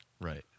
Right